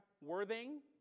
Worthing